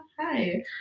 Hi